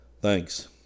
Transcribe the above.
Thanks